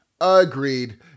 Agreed